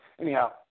Anyhow